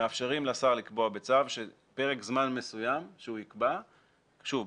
מאפשרים לשר לקבוע בצו שפרק זמן מסוים שהוא יקבע שוב,